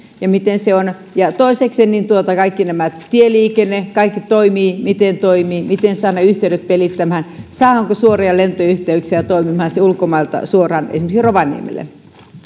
ja toiseksi kaikki tämä tieliikenne kaikki toimii miten toimii miten saamme yhteydet pelittämään saadaanko suoria lentoyhteyksiä toimimaan ulkomailta suoraan esimerkiksi rovaniemelle